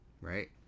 right